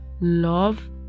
love